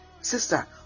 Sister